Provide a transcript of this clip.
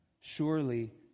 Surely